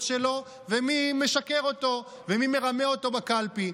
שלו ומי משקר לו ומי מרמה אותו בקלפי,